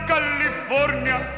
California